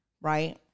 right